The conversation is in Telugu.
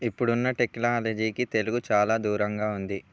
ఇప్పుడున్న టెక్నాలజీకి తెలుగు చాలా దూరంగా ఉంది